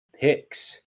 picks